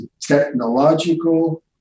technological